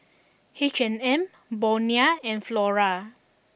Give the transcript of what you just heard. H and M Bonia and Flora